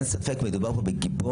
אין ספק, מדובר כאן בגיבור.